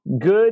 good